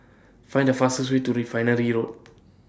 Find The fastest Way to Refinery Road